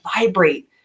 vibrate